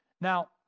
Now